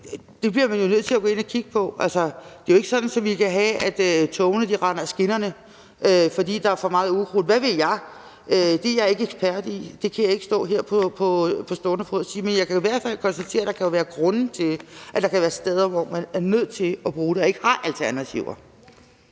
man bliver nødt til at gå ind og kigge på det. Det er jo ikke sådan, at vi kan have, at togene render af skinnerne, fordi der er for meget ukrudt, eller hvad ved jeg – det er jeg ikke ekspert i; det kan jeg ikke stå her på stående fod og sige. Men jeg kan jo i hvert fald konstatere, at der kan være grunde til, at der er steder, hvor man er nødt til at bruge det, og hvor man ikke har alternativer.